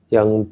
Yang